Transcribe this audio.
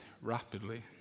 rapidly